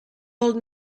old